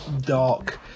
dark